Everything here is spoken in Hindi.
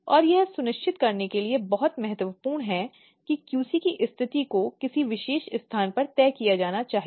और यह सुनिश्चित करने के लिए बहुत महत्वपूर्ण है कि QC की स्थिति को किसी विशेष स्थान पर तय किया जाना चाहिए